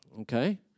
okay